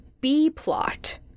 B-plot